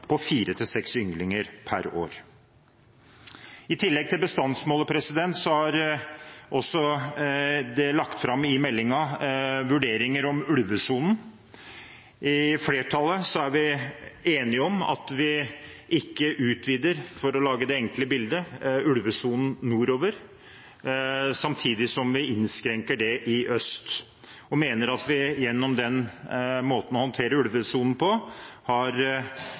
på fire–seks ynglinger per år. I tillegg til bestandsmålet er det også lagt fram i meldingen vurderinger om ulvesonen. Flertallet er enig om at vi ikke utvider – for å tegne det enkle bildet – ulvesonen nordover, samtidig som vi innskrenker den i øst. Vi mener at vi gjennom den måten å håndtere ulvesonen på har